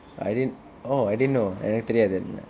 I didn't oh I didn't know எனக்கு தெரியாது:enakku theriyaathu